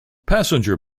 passenger